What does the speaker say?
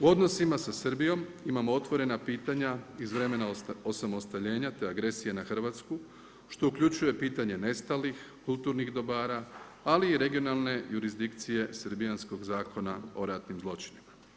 Odnosima sa Srbijama imamo otvorena pitanja iz vremena osamostaljenja, te agresije na Hrvatsku, što uključuje pitanje nestalih, kulturnih dobara, ali i regionalne jurisdikcije srbijanskog zakona o ratnim zločinima.